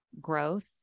growth